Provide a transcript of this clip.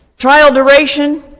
trial duration,